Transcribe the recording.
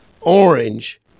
orange